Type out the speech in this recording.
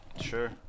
Sure